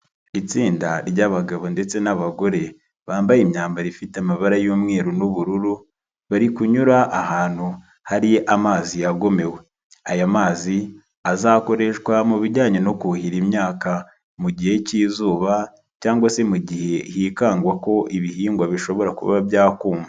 Itsinda ry'abagabo ndetse n'abagore bambaye imyambaro ifite amabara y'umweru n'ubururu, bari kunyura ahantu hari amazi yagomewe, aya mazi azakoreshwa mu bijyanye no kuhira imyaka mu gihe cy'izuba cyangwa se mu gihe hikangwa ko ibihingwa bishobora kuba byakuma.